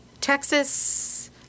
Texas